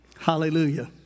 Hallelujah